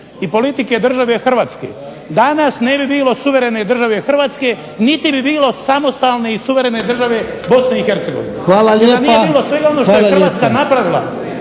i politike države Hrvatske danas ne bi bilo suverene države Hrvatske, niti bi bilo samostalne i suverene države Bosne i Hercegovine. Jer da nije bilo svega